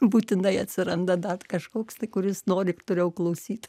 būtinai atsiranda dar kažkoks tai kuris nori toliau klausyt